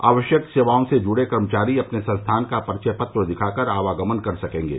आवश्यक सेवाओं से जुड़े कर्मचारी अपने संस्थान का परिचय पत्र दिखाकर आवागमन कर सकेंगे